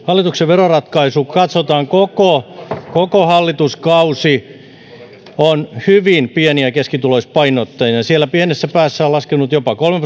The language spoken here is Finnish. hallituksen veroratkaisu kun katsotaan koko koko hallituskausi on hyvin pieni ja keskituloispainotteinen siellä pienessä päässä on laskenut jopa kolme